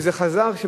שזה חזר,